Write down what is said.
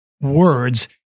words